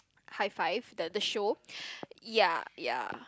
high five the the show ya ya